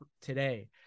today